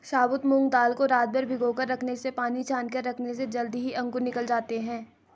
साबुत मूंग दाल को रातभर भिगोकर रखने से पानी छानकर रखने से जल्दी ही अंकुर निकल आते है